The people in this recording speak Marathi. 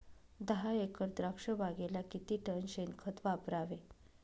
दहा एकर द्राक्षबागेला किती टन शेणखत वापरावे?